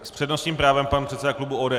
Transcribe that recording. S přednostním právem pan předseda klubu ODS.